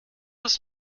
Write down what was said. ist